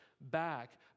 back